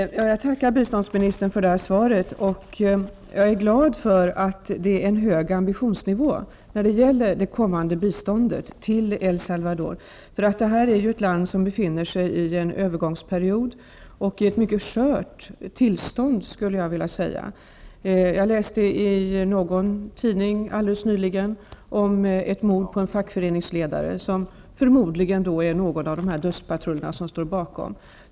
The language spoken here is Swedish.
Fru talman! Jag tackar biståndsministern för svaret, och jag är glad över att ambitionsnivån är hög när det gäller det kommande biståndet till El Salva dor. Detta är ju ett land som befinner sig i en övergångsperiod och i ett mycket skört tillstånd. Jag läste nyligen i en tidning om ett mord på en fack föreningsledare, och mordsom någon av dödspatrullerna förmodligen står bakom.